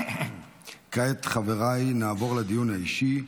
כעת, חבריי, נעבור לדיון האישי.